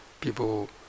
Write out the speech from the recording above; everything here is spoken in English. people